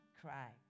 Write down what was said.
Cry